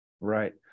Right